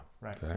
Right